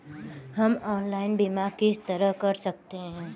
हम ऑनलाइन बीमा किस तरह कर सकते हैं?